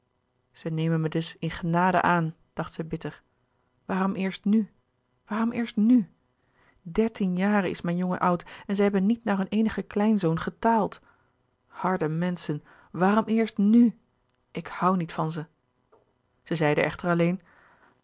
zij nemen mij dus in genade aan dacht zij bitter waarom eerst nu waarom eerst nu dertien jaren is mijn jongen oud en zij hebben niet naar hun eenigen kleinzoon getaald harde menschen waarom eerst nu ik hoû niet van ze zij zeide echter alleen